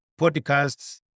podcasts